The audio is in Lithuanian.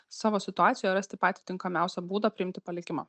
savo situacijoje rasti patį tinkamiausią būdą priimti palikimą